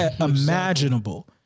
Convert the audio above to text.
imaginable